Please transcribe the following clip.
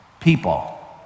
people